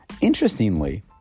Interestingly